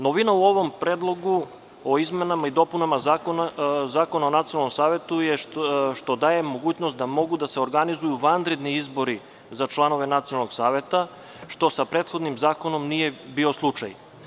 Novina u ovom predlogu o izmenama i dopunama Zakona o Nacionalnom savetu je što daje mogućnost da mogu da se organizuju vanredni izbori za članove Nacionalnog saveta, što sa prethodnim zakonom nije bio slučaj.